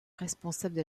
responsables